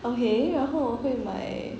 okay 然后会买